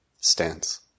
stance